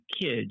kids